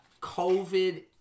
COVID